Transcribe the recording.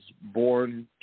born